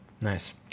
nice